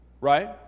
right